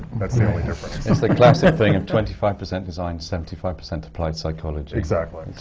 that's the only difference. it's the classic thing of twenty five percent design, seventy five percent applied psychology. exactly.